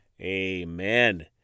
Amen